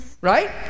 Right